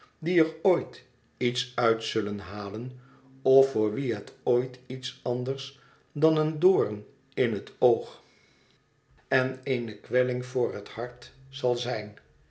die er ooit iets uit zullen halen of voor wie het ooit iets anders dan een doorn in het oog en eene kwelling voor het hart zal zijn